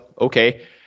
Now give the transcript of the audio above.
Okay